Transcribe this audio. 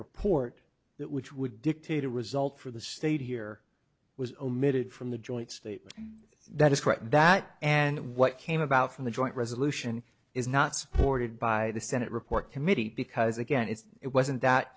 that which would dictate a result for the state here was omitted from the joint statement that is correct that and what came about from the joint resolution is not supported by the senate report committee because again it's it wasn't that